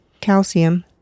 calcium